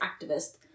activist